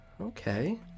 Okay